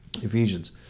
Ephesians